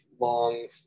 long